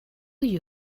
you